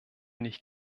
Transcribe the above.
nicht